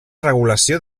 regulació